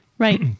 right